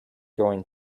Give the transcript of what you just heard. going